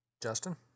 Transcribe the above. Justin